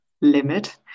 limit